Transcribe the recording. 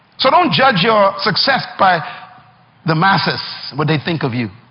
so don't judge your success by the masses, what they think of you.